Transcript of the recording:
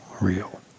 real